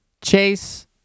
Chase